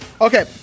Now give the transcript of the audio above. Okay